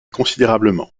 considérablement